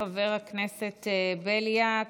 חבר הכנסת בליאק.